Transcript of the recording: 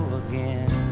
again